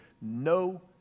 No